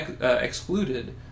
excluded